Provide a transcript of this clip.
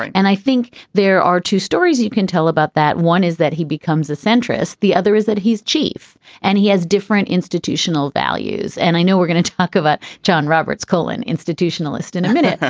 and i think there are two stories you can tell about that. one is that he becomes a centrist. the other is that he's chief and he has different institutional values. and i know we're going to talk about john roberts, colin institutionalist, in a minute,